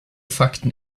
fakten